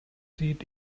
sieht